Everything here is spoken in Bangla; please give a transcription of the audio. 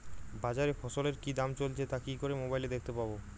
বাজারে ফসলের কি দাম চলছে তা কি করে মোবাইলে দেখতে পাবো?